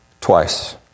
twice